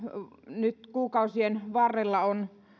nyt kuukausien varrella on